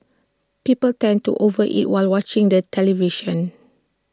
people tend to over eat while watching the television